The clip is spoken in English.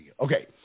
Okay